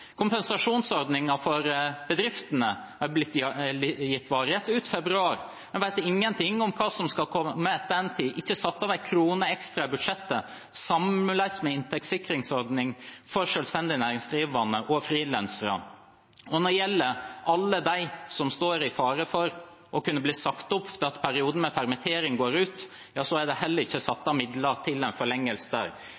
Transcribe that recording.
for bedriftene har blitt gitt varighet til ut februar. En vet ingenting om hva som skal komme etter den tid. Det er ikke satt av én krone ekstra i budsjettet. Det samme gjelder for inntektssikringsordning for selvstendig næringsdrivende og frilansere. Når det gjelder alle dem som står i fare for å kunne bli sagt opp fordi perioden med permittering går ut, er det heller ikke der blitt satt